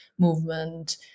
movement